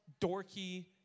dorky